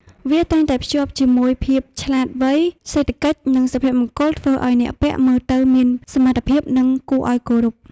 វាតែងតែភ្ជាប់ជាមួយភាពឆ្លាតវៃ សេដ្ឋកិច្ច និងសុភមង្គលធ្វើឲ្យអ្នកពាក់មើលទៅមានសមត្ថភាព និងគួរឲ្យគោរព។